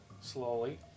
slowly